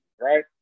right